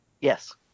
Yes